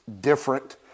different